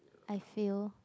I feel